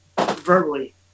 verbally